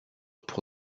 pour